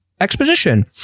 exposition